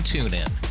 TuneIn